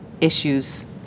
issues